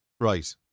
Right